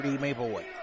Maplewood